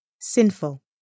sinful